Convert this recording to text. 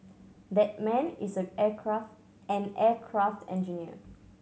that man is aircraft an aircraft engineer